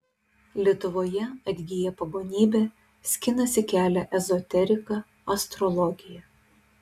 lietuvoje atgyja pagonybė skinasi kelią ezoterika astrologija